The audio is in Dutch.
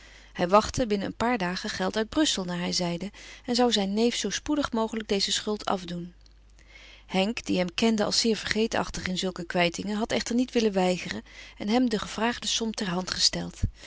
hij wachtte binnen een paar dagen geld uit brussel naar hij zeide en zou zijn neef zoo spoedig mogelijk deze schuld afdoen henk die hem kende als zeer vergeetachtig in zulke kwijtingen had echter niet willen weigeren en hem de gevraagde som ter hand gesteld